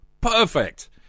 Perfect